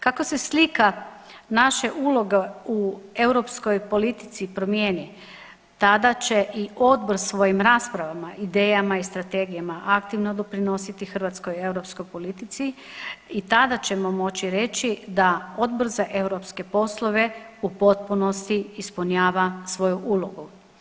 Kako se slika naše uloge u europskoj politici promijeni tada će i odbor svojim raspravama, idejama i strategijama aktivno doprinositi hrvatskoj europskoj politici i tada ćemo moći reći da Odbor za europske poslove u potpunosti ispunjava svoju ulogu.